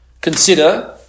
Consider